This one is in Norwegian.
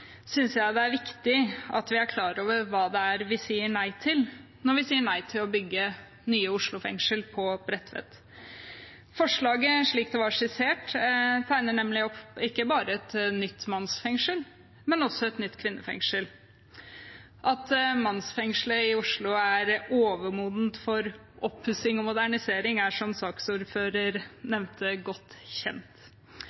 synes jeg det er viktig at vi er klar over hva det er vi sier nei til når vi sier nei til å bygge nye Oslo fengsel på Bredtvet. Forslaget, slik det var skissert, tegner nemlig ikke bare opp et nytt mannsfengsel, men også et nytt kvinnefengsel. At mannsfengselet i Oslo er overmodent for oppussing og modernisering, er, som